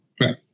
Right